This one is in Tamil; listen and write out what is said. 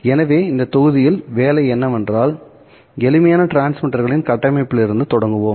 எனவே இந்த தொகுதியின் வேலை என்னவென்றால் எளிமையான டிரான்ஸ்மிட்டர்களின் கட்டமைப்பிலிருந்து தொடங்குவோம்